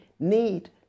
Need